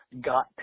got